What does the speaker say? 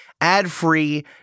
Ad-free